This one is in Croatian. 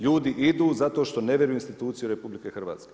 Ljudi idu zato što ne vjeruju institucijama RH.